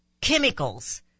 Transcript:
chemicals